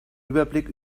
überblick